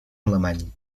alemany